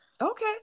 Okay